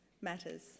matters